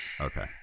Okay